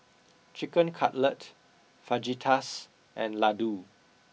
chicken cutlet fajitas and ladoo